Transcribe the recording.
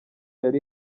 yari